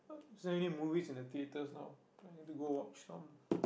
is there any movies in the theatres now I wanna go and watch some